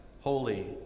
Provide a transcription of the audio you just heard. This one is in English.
holy